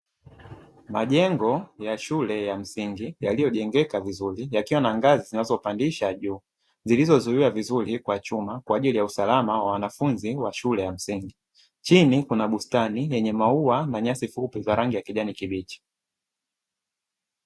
Majengo ya shule ya msingi, yaliojengeka vizuri, yakiwa na ngazi zilizopandisha juu zilizozuiwa vizuri kwa chuma kwa ajili ya usalama wa wanafunzi wa shule ya msingi. Chini kuna bustani yenye maua na nyasi fupi za rangi ya kijani kibichi.